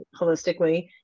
holistically